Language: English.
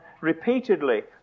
repeatedly